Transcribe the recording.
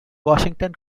washington